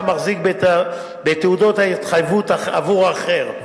מחזיק בתעודות ההתחייבות עבור אחר.